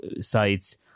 sites